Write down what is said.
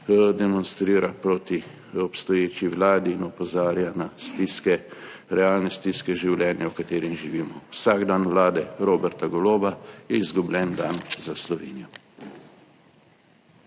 demonstrira proti obstoječi vladi in opozarja na stiske, realne stiske življenja, v katerem živimo. Vsak dan vlade Roberta Goloba je izgubljen dan za Slovenijo.